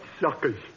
suckers